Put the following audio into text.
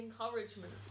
encouragement